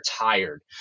tired